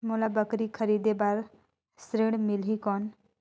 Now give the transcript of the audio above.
मोला बकरी खरीदे बार ऋण मिलही कौन?